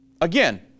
Again